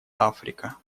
африка